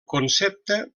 concepte